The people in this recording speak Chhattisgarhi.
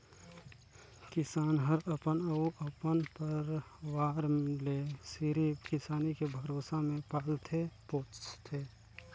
किसान हर अपन अउ अपन परवार ले सिरिफ किसानी के भरोसा मे पालथे पोसथे